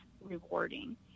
rewarding